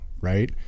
Right